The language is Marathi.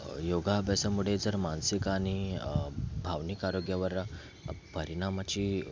योगा अभ्यासामुळे जर मानसिक आणि भावनिक आरोग्यावर परिणामाची